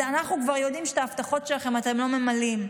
אנחנו כבר יודעים שאת ההבטחות שלכם אתם לא ממלאים.